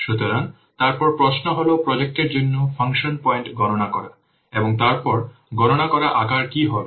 সুতরাং তারপর প্রশ্ন হল প্রজেক্টের জন্য ফাংশন পয়েন্ট গণনা করা এবং তারপর গণনা করা আকার কি হবে